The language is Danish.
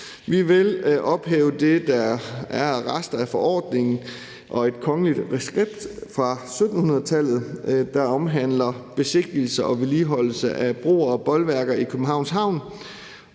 Vi vil ophæve det, der er af rester af forordningen og et kongeligt reskript fra 1700-tallet, der omhandler besigtigelse og vedligeholdelse af broer og bolværker i Københavns Havn.